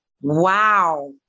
wow